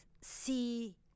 see